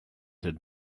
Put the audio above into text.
had